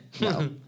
No